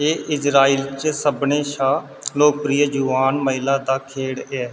एह् इज़राइल च सभनें शा लोकप्रिय जुआन महिला दा खेढ ऐ